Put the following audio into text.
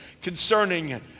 concerning